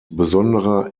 besonderer